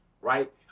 right